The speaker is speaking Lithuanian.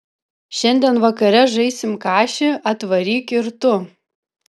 šiandien vakare žaisim kašį atvaryk ir tu